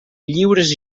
lliures